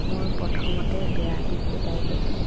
মই প্ৰথমতে বেয়া দিশ কেইটাই কৈছোঁ